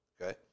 Okay